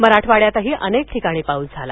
मराठवाड्यातही अनेक ठिकाणी पाऊस झाला